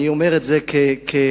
אני אומר את זה כי קיוויתי,